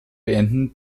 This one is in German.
beenden